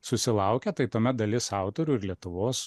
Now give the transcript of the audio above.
susilaukė tai tuomet dalis autorių ir lietuvos